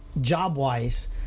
job-wise